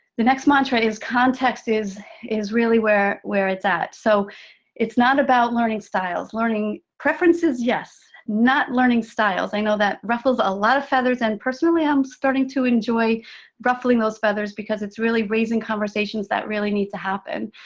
the next mantra is context, is is really where where it's at. so it's not about learning styles. learning preferences, yes. not learning styles. i know that ruffles a lot of feathers, and personally i'm starting to enjoy ruffling those feathers, because it's really raising conversations that need to happen.